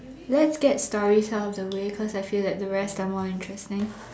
let's get stories out of the way cause I feel that the rest are more interesting